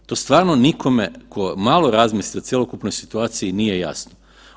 To stvarno nikome tko malo razmisli o cjelokupnoj situaciji nije jasno.